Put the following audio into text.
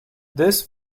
this